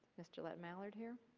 ms. gilette-mallard here.